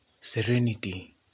serenity